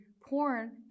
porn